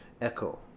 echo